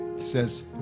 says